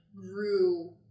grew